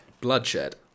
Bloodshed